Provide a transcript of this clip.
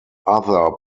other